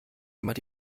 jemand